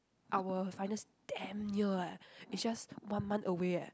our finals damn near eh is just one month away eh